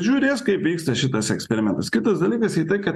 žiūrės kaip vyksta šitas eksperimentas kitas dalykas į tai kad